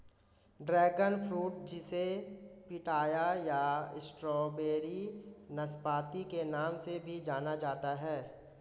dragon fruit जिसे pitaya या strawberry नाशपाती के नाम से भी जाना जाता है